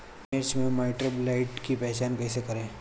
मिर्च मे माईटब्लाइट के पहचान कैसे करे?